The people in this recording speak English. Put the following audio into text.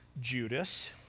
Judas